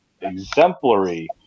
exemplary